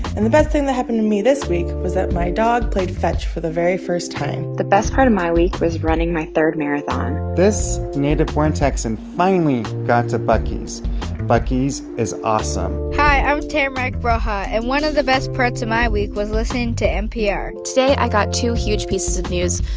and the best thing that happened to me this week was that my dog played fetch for the very first time the best part of my week was running my third marathon this native-born texan finally got to buc-ee's buc-ee's is awesome hi. i'm tamarack broha, and one of the best parts of my week was listening to npr today, i got two huge pieces of news.